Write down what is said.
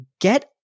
Get